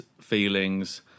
feelings